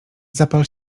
zapal